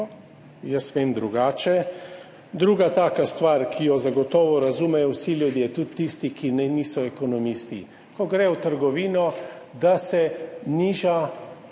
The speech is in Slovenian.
jaz vem drugače. Druga taka stvar, ki jo zagotovo razumejo vsi ljudje, tudi tisti, ki niso ekonomisti, ko gredo v trgovino, da se niža